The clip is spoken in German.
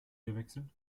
gewechselt